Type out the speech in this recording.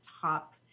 top